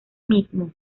mismo